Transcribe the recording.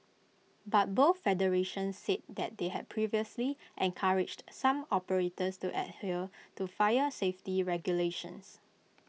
but both federations said that they had previously encouraged some operators to adhere to fire safety regulations